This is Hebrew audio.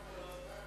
לא.